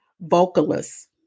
vocalists